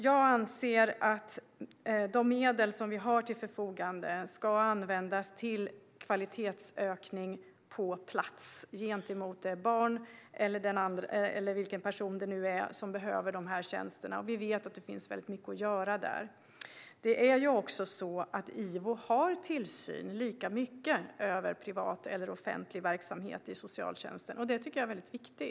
Jag anser att de medel som vi har till vårt förfogande ska användas till kvalitetsökning på plats gentemot det barn eller vilken person det än är som behöver dessa tjänster. Vi vet att det finns mycket att göra här. IVO har lika mycket tillsyn över privat och offentlig verksamhet inom socialtjänsten. Detta tycker jag är väldigt viktigt.